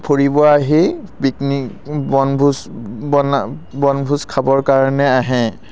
ফুৰিব আহি পিকনিক বনভোজ বনা বনভোজ খাবৰ কাৰণে আহে